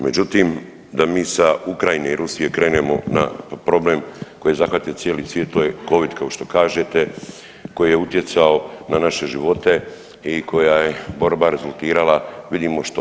Međutim, da mi sa Ukrajine i Rusije krenemo na problem koji je zahvatio cijeli svijet, to je Covid, kao što kažete, koji je utjecao na naše živote i koja je borba rezultirala, vidimo što.